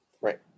Right